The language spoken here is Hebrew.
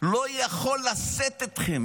לא יכול לשאת אתכם.